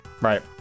right